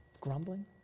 grumbling